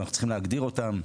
ואנחנו צריכים להגדיר אותם,